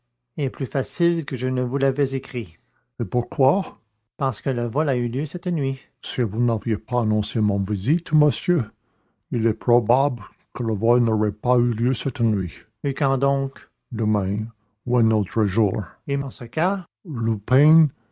est plus facile que je ne vous l'avais écrit et pourquoi parce que le vol a eu lieu cette nuit si vous n'aviez pas annoncé ma visite monsieur il est probable que le vol n'aurait pas eu lieu cette nuit et quand donc demain ou un autre jour et en